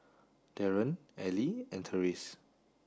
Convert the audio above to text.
Darrin Allie and Terese